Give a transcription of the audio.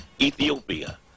Ethiopia